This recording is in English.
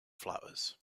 flowers